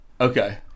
Okay